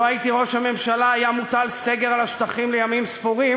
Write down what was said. לו הייתי ראש הממשלה היה מוטל סגר על השטחים לימים ספורים,